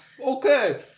Okay